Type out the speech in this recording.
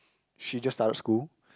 she just started school